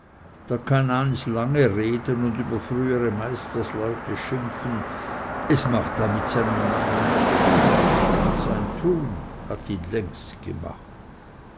da kann eins lange reden und über frühere meisterleute schimpfen es macht damit seinen namen nicht gut sein tun hat ihn längst gemacht